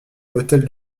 hôtel